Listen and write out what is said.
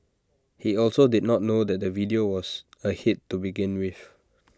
he also did not know that the video was A hit to begin with